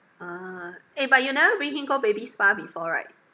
ah eh but you never bring him go baby spa before right